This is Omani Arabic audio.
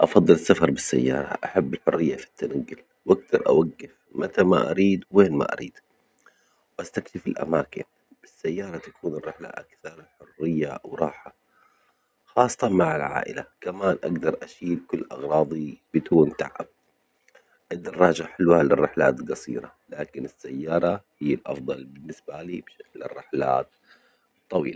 أفضل السفر بالسيارة، أحب الحرية في التنجل وأجدر أوجف متى ما أريد وين ما أريد، واستكشف الأماكن بالسيارة تكون الرحلة أكثر حرية وراحة خاصة مع العائلة كمان أجدر أشيل كل أغراضي بدون تعب، الدراجة حلوة للرحلات الجصيرة، لكن السيارة هي الأفظل بالنسبة لي للرحلات الطويلة.